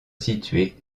située